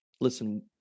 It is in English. listen